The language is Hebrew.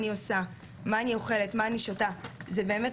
זה מתלווה בסוגים נוספים של אלימות,